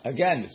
Again